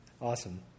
Awesome